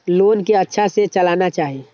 Loan के अच्छा से चलाना चाहि?